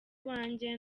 iwanjye